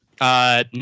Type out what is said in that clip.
No